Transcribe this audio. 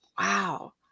wow